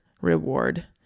reward